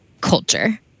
culture